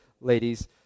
ladies